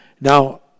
Now